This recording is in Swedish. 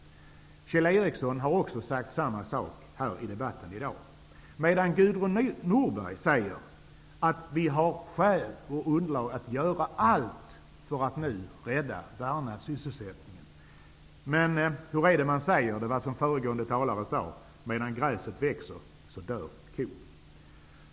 Kjell Ericsson har också sagt samma sak i debatten i dag, medan Gudrun Norberg säger att vi har skäl och underlag att göra allt för att nu rädda och värna sysselsättningen. Men det är som föregående talare sade, medan gräset växer dör kon.